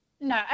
No